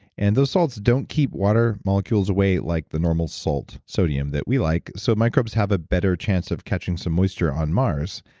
and those salts don't keep water molecules away like the normal salt sodium, that we like so microbes have a better chance of catching some moisture on mars.